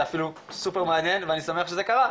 זה אפילו סופר מעניין ואני שמח שזה קרה,